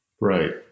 Right